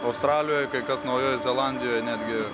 australijoj kai kas naujoj zelandijoj netgi